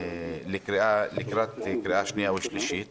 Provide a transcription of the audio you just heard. לקראת קריאה שנייה ושלישית.